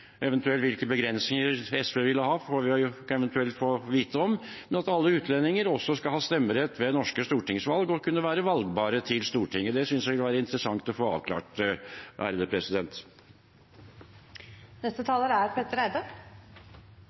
hvilke begrensninger SV vil ha, kan vi eventuelt få vite om – også skal ha stemmerett ved norske stortingsvalg og kunne være valgbare til Stortinget. Det synes jeg kunne være interessant å få avklart.